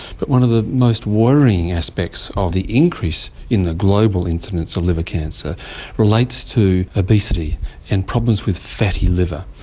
but one of the most worrying aspects of the increase in the global incidence of liver cancer relates to obesity and problems with fatty liver.